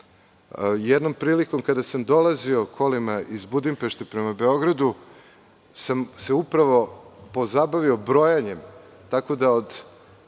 prilikom kada sam dolazio kolima iz Budimpešte prema Beogradu, upravo sam se pozabavio brojanjem, tako da od